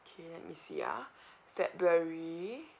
k let me see ah february